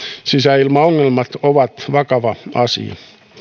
sisäilmaongelmat ovat vakava asia